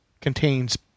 contains